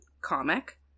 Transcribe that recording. comic